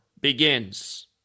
begins